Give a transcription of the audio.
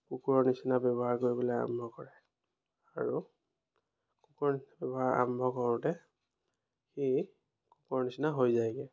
কুকুৰৰ নিচিনা ব্যৱহাৰ কৰিবলৈ আৰম্ভ কৰে আৰু কুকুৰৰ ব্যৱহাৰ আৰম্ভ কৰোঁতে সি কুকুৰৰ নিচিনা হৈ যায়গৈ